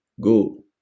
go